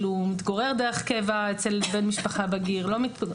מתגורר דרך קבע אצל בן משפחה בגיר או לא.